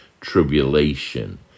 tribulation